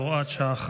הוראת שעה,